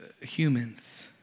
humans